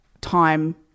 time